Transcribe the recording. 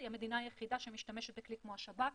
היא המדינה היחידה שמשתמשת בכלי כמו של השב"כ.